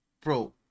bro